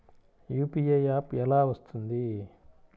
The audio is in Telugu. యూ.పీ.ఐ యాప్ ఎలా వస్తుంది?